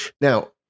Now